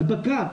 ההדבקה,